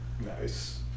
Nice